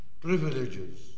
privileges